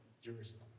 Jerusalem